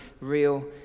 real